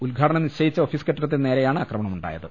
ഉദ്ഘാടനം നിശ്ചയിച്ച ഓഫിസ് കെട്ടിടത്തിന് നേരെയാണ് ആക്രമണമുണ്ടായത്